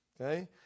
Okay